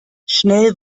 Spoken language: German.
schnell